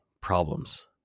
problems